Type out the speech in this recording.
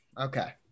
okay